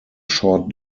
short